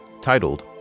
titled